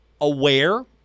aware